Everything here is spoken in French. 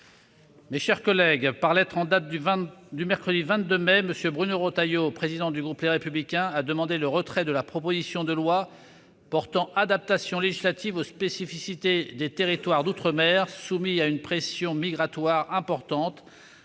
Mes chers collègues, par lettre en date du mercredi 22 mai, M. Bruno Retailleau, président du groupe Les Républicains, a demandé le retrait de la proposition de loi portant adaptations législatives aux spécificités des territoires d'outre-mer soumis à une pression migratoire importante,